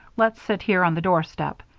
let's sit here on the doorstep.